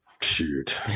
Shoot